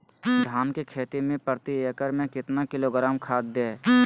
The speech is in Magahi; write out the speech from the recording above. धान की खेती में प्रति एकड़ में कितना किलोग्राम खाद दे?